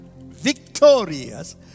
victorious